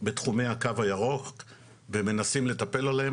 בתחומי הקו הירוק ומנסים לטפל בהם,